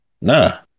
Nah